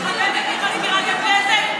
אני מכבדת את סגנית מזכירת הכנסת.